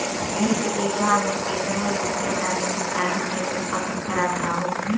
एक बीघा में केतना यूरिया डाले के चाहि जेसे फसल खराब ना होख?